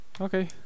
Okay